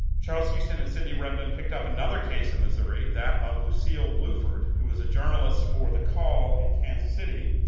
charles houston and sidney redmond picked up another case in missouri, that of lucille bluford, who was a journalist for the call in kansas city